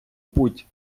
путь